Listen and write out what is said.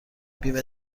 بیمه